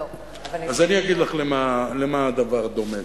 לא, אבל, אז אני אגיד לך למה הדבר דומה.